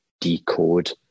decode